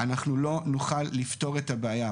אנחנו לא נוכל לפתור את הבעיה.